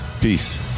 peace